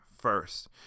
first